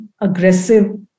aggressive